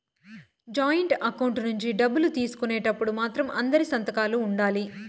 joint account నుంచి డబ్బులు తీసుకునేటప్పుడు మాత్రం అందరి సంతకాలు ఉండాలి